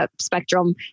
spectrum